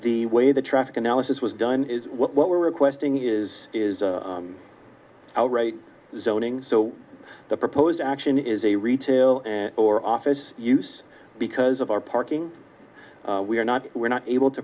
the way the traffic analysis was done is what we're requesting is is our right zoning the proposed action is a retail or office use because of our parking we are not we're not able to